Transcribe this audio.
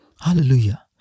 Hallelujah